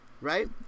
right